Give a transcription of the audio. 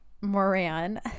Moran